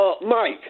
Mike